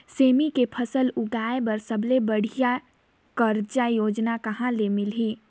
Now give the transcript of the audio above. सेमी के फसल उगाई बार सबले बढ़िया कर्जा योजना कहा ले मिलही?